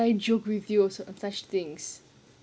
why would I joke with you o~ of such things